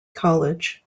college